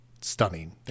stunning